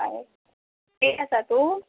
हय थी आसा तूं